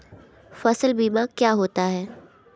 फसल बीमा क्या होता है?